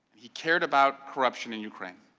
he cared about corruption in ukraine.